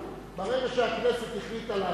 ברגע שהכנסת החליטה להסיר,